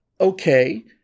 Okay